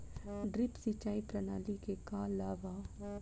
Drip सिंचाई प्रणाली के का लाभ ह?